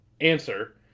Answer